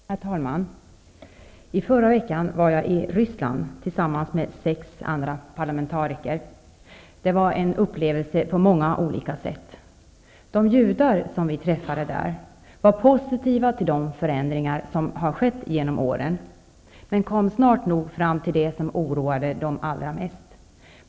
Herr talman! I förra veckan var jag i Ryssland tillsammans med sex andra parlamentariker. Det var en upplevelse på många olika sätt. De judar som vi träffade där var positiva till de förändringar som har skett genom åren men kom snart nog in på det som oroade dem allra mest.